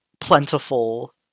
plentiful